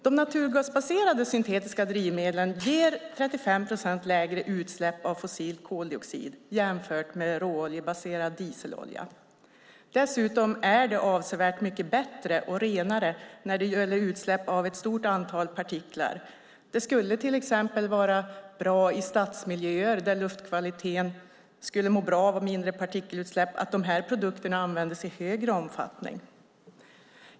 De naturgasbaserade syntetiska drivmedlen ger 35 procent lägre utsläpp av fossil koldioxid jämfört med råoljebaserad dieselolja. Dessutom är det avsevärt mycket bättre och renare när det gäller utsläpp av ett stort antal partiklar. Det skulle till exempel vara bra i stadsmiljöer, där luftkvaliteten skulle må bra av mindre partikelutsläpp, att dessa produkter användes i större omfattning.